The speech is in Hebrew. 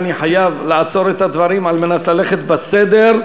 חבר הכנסת גפני,